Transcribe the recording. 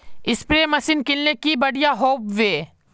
Spray machine किनले की बढ़िया होबवे?